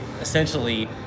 essentially